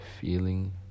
feeling